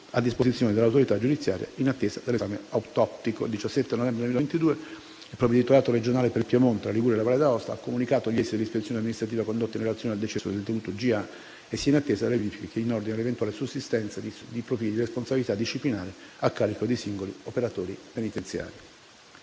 a disposizione dell'autorità giudiziaria, in attesa dell'esame autoptico. Il 17 novembre 2022, il Provveditorato regionale per il Piemonte, la Liguria e la Valle d'Aosta ha comunicato gli esiti dell'ispezione amministrativa condotta in relazione al decesso del detenuto G.A. e si è in attesa delle verifiche in ordine all'eventuale sussistenza di profili di responsabilità disciplinare a carico dei singoli operatori penitenziari.